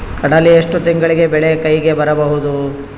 ಕಡಲಿ ಎಷ್ಟು ತಿಂಗಳಿಗೆ ಬೆಳೆ ಕೈಗೆ ಬರಬಹುದು?